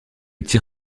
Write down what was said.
tir